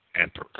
emperor